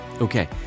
Okay